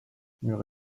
murs